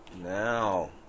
Now